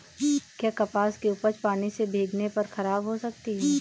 क्या कपास की उपज पानी से भीगने पर खराब हो सकती है?